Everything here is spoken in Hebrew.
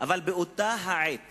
אבל באותה העת